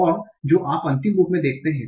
और जो आप अंतिम तीन में देखते हैं